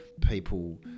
people